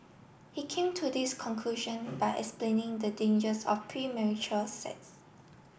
he came to this conclusion by explaining the dangers of premarital sex